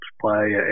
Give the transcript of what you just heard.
play